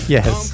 Yes